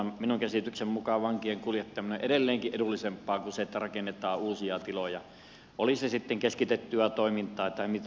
minun käsitykseni mukaan vankien kuljettaminen on edelleenkin edullisempaa kuin se että rakennetaan uusia tiloja oli se sitten keskitettyä toimintaa tai mitä tahansa